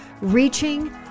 reaching